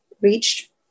reached